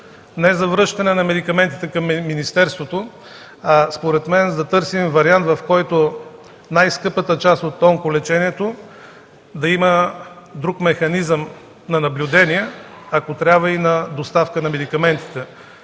не за връщане на медикаментите към министерството, а, според мен, да търсим вариант, в който най-скъпата част от онколечението да има друг механизъм на наблюдение, ако трябва и на доставка на медикаментите.